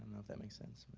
know if that makes sense,